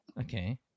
Okay